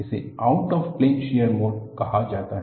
इसे out of plane shear mode कहा जाता है